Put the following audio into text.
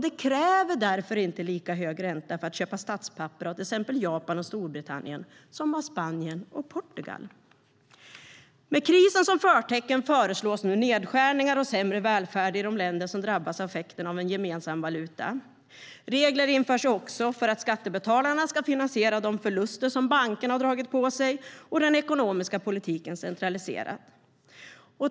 Det krävs därför inte lika hög ränta för att köpa statspapper av till exempel Japan och Storbritannien som av Spanien och Portugal. Med krisen som förtecken föreslås nu nedskärningar och sämre välfärd i de länder som drabbas av effekterna av en gemensam valuta. Regler införs också för att skattebetalarna ska finansiera de förluster som bankerna har dragit på sig, och den ekonomiska politiken centraliseras.